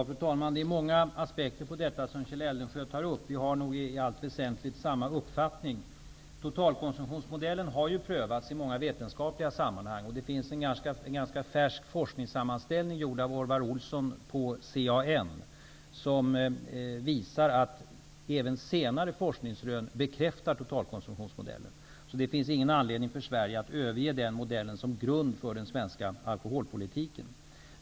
Fru talman! Det finns många aspekter på det som Kjell Eldensjö tar upp. Vi har nog i allt väsentligt samma uppfattning. Totalkonsumtionsmodellen har prövats i många vetenskapliga sammanhang, och det finns en ganska färsk forskningssammanställning gjord av Orvar Olsson på CAN, som visar att även senare forskningsrön bekräftar totalkonsumtionsmodellen. Det finns alltså ingen anledning för Sverige att överge den modellen som grund för den svenska alkoholpolitiken.